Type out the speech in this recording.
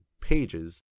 pages